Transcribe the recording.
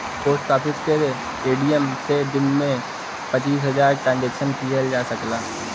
post office के ATM से दिन में पचीस हजार ट्रांसक्शन किहल जा सकला